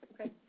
Okay